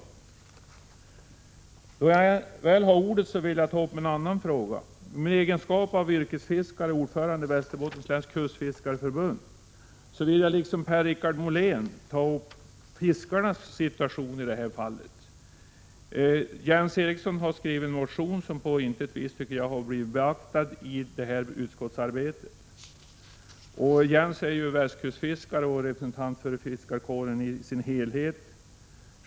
Eftersom jag ändå har ordet vill jag passa på att ta upp en annan fråga. I egenskap av yrkesfiskare och ordförande i Västerbottens läns kustfiskareförbund vill jag, i likhet med Per-Richard Molén, beröra fiskarnas situation i detta sammanhang. Jens Eriksson har skrivit en motion som enligt min uppfattning på intet vis har blivit beaktad i samband med utskottets arbete. Jens Eriksson är ju västkustfiskare och representant för fiskarkåren i dess helhet.